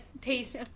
taste